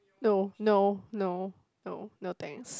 no no no no no thanks